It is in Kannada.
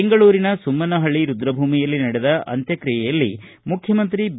ಬೆಂಗಳೂರಿನ ಸುಮ್ನಹಳ್ಳ ರುದ್ರಭೂಮಿಯಲ್ಲಿ ನಡೆದ ಅಂತ್ಯಕ್ತಿಯೆಯಲ್ಲಿ ಮುಖ್ಯಮಂತ್ರಿ ಬಿ